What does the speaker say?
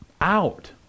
out